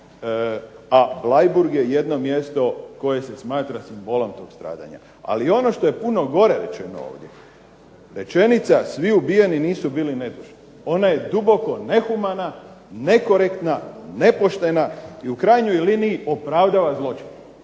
a Bleiburg je jedno mjesto koje se smatra simbolom tog stradanja. Ali ono što je puno gore rečeno ovdje, rečenica, svi ubijeni nisu bili nedužni. Ona je duboko nehumana, nekorektna, nepoštena, i u krajnjoj liniji opravdava zločin.